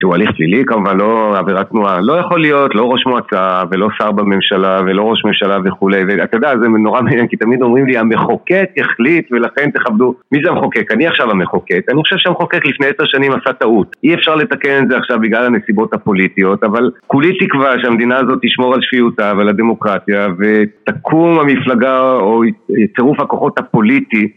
שהוא הליך פלילי כמובן, לא עבירת תנועה, לא יכול להיות, לא ראש מועצה ולא שר בממשלה ולא ראש ממשלה וכולי, ואתה יודע, זה נורא, כי תמיד אומרים לי, המחוקק יחליט ולכן תכבדו, מי זה המחוקק? אני עכשיו המחוקק. אני חושב שהמחוקק לפני עשר שנים עשה טעות, אי אפשר לתקן את זה עכשיו בגלל הנסיבות הפוליטיות, אבל כולי תקווה שהמדינה הזאת תשמור על שפיותה ועל הדמוקרטיה ותקום המפלגה או צירוף הכוחות הפוליטי